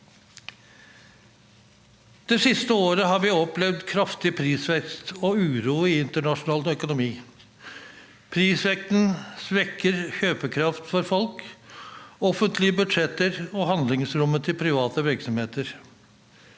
Det siste året har vi opplevd kraftig prisvekst og uro i internasjonal økonomi. Prisveksten svekker kjøpekraften for folk, offentlige budsjetter og handlingsrommet til private virksomheter.